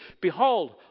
Behold